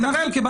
אני מטפל.